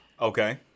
Okay